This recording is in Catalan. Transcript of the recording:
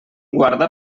guarda